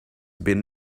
been